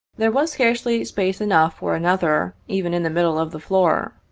there was scarcely space enough for another, even in the middle of the floor.